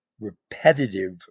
repetitive